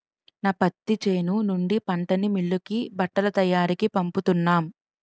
నా పత్తి చేను నుండి పంటని మిల్లుకి బట్టల తయారికీ పంపుతున్నాం